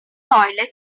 toilet